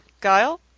Guile